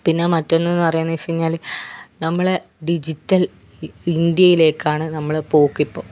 പിന്നെ മറ്റൊന്നെന്നു പറയുന്നതെന്ന് വെച്ചു കഴിഞ്ഞാൽ നമ്മളുടെ ഡിജിറ്റൽ ഇന്ത്യയിലേക്കാണ് നമ്മളുടെ പോക്കിപ്പോൾ